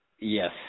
Yes